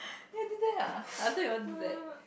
ya he do that ah I thought he won't do that